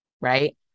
Right